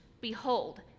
behold